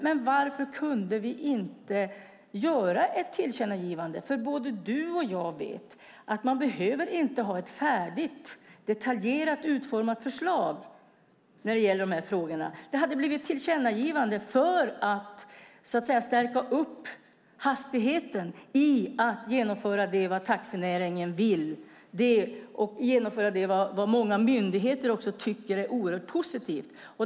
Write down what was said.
Men varför kunde vi då inte göra ett tillkännagivande? Både du och jag vet ju att man inte behöver ha ett färdigt och detaljerat utformat förslag när det gäller de här frågorna. Det hade blivit ett tillkännagivande för att få upp hastigheten i genomförandet av det som taxinäringen vill och vad många myndigheter också tycker är oerhört positivt.